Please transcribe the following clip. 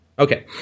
Okay